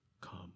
Come